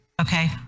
Okay